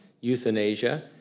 euthanasia